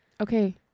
Okay